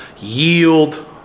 yield